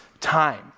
time